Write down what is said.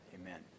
Amen